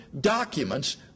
documents